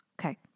Okay